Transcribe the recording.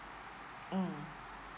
um